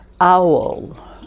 owl